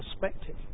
perspective